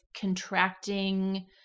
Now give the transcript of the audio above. contracting